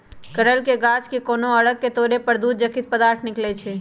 कनइल के गाछ के कोनो अङग के तोरे पर दूध जकति पदार्थ निकलइ छै